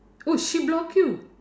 oh she block you